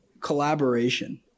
collaboration